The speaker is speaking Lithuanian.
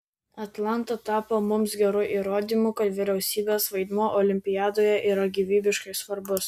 atlanta tapo mums geru įrodymu kad vyriausybės vaidmuo olimpiadoje yra gyvybiškai svarbus